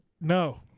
No